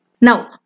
Now